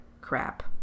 crap